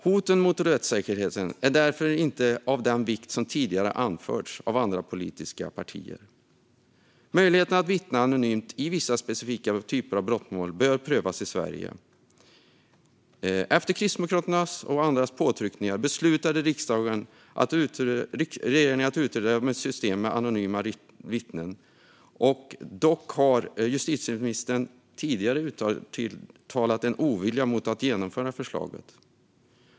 Hoten mot rättssäkerheten har därför inte den vikt som tidigare har anförts av andra politiska partier. Möjligheten att vittna anonymt i vissa specifika typer av brottmål bör prövas i Sverige. Efter påtryckningar från Kristdemokraterna och andra beslutade regeringen att utreda ett system med anonyma vittnen. Dock har justitieministern tidigare uttalat en ovilja att genomföra förslaget.